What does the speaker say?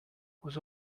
was